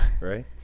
Right